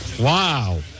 wow